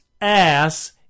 ass